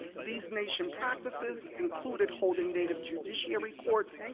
these nation practices included holding native judiciary courts,